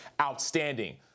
outstanding